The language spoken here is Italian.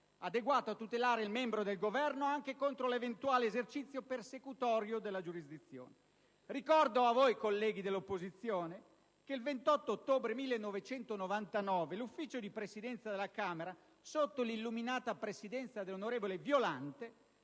adeguato a tutelare il membro del Governo anche contro l'eventuale esercizio persecutorio della giurisdizione. Ricordo ai colleghi dell'opposizione che il 28 ottobre 1999 l'Ufficio di Presidenza della Camera, sotto l'illuminata presidenza dell'onorevole Violante,